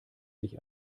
sich